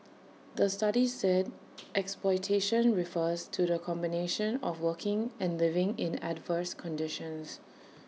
the study said exploitation refers to the combination of working and living in adverse conditions